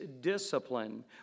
discipline